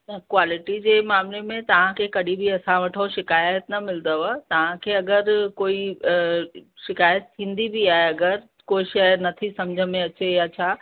न क्वालिटी जे मामले में तव्हांखे कॾहिं बि असां वठु शिकायत न मिलंदव तव्हांखे अगरि कोई शिकायत थींदी बि आहे अगरि को शइ नथी सम्झ में अचे या छा